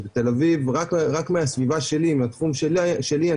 אז בתל אביב רק מהסביבה שלי מהתחום שלי אני